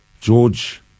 george